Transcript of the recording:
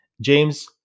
james